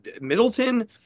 Middleton